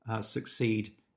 succeed